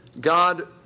God